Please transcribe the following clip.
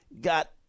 got